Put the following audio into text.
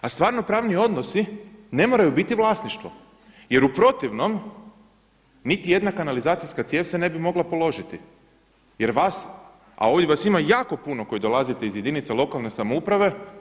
A stvarno pravne odnose ne moraju biti vlasništvo jer u protivnom niti jedna kanalizacijska cijev se ne bi mogla položiti jer vas, a ovdje vas ima jako puno koji dolazite iz jedinica lokalne samouprave.